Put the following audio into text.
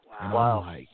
Wow